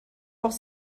auch